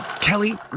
Kelly